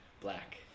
Black